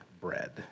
bread